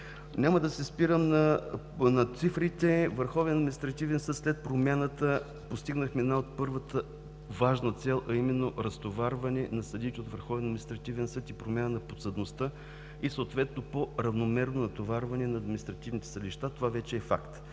Няма да се спирам на цифрите. Върховният административен съд след промяната – постигнахме първата важна цел, а именно разтоварване на съдиите от Върховния административен съд и промяна на подсъдността и съответно по-равномерно натоварване на административните съдилища. Това вече е факт.